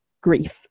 grief